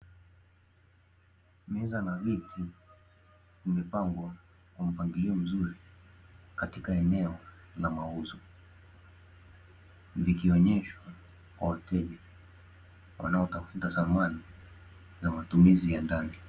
Meza na viti vimepangwa kwa mpangilio mzuri katika eneo la mauzo, vikionyeshwa kwa wateja wanaotafuta samani za matumizi ya ndani.